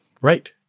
Right